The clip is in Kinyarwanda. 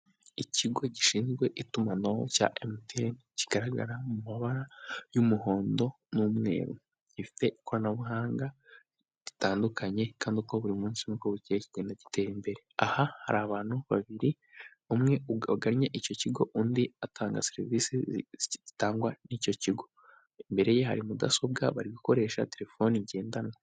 Ikigo gishinzwe itumanaho cya MTN kigaragara mu mabara y'umuhondo n'umweru gifite ikoranabuhanga ritandukanye kandi uko buri munsi uko bukeye kigenda gitera imbere, aha hari abantu babiri umwe agannye icyo kigo undi atanga serivisi itangwa n'icyo kigo imbere ye hari mudasobwa bari gukoresha telefone ngendanwa.